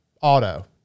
auto